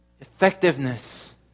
Effectiveness